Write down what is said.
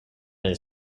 his